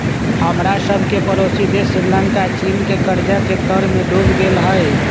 हमरा सभके पड़ोसी देश श्रीलंका चीन के कर्जा के तरमें डूब गेल हइ